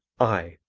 i.